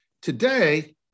Today